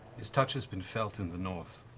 his touch has been felt in the north.